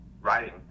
writing